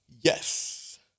Yes